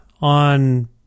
on